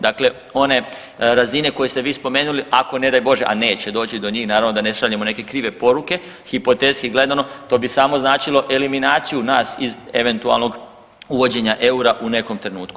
Dakle, one razine koje ste vi spomenuli ako ne daj Bože, a neće doći do njih, naravno da ne šaljemo neke krive poruke hipotetski gledano, to bi samo značilo eliminaciju nas iz eventualnog uvođenja eura u nekom trenutku.